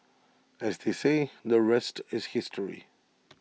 as they say the rest is history